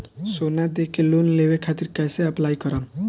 सोना देके लोन लेवे खातिर कैसे अप्लाई करम?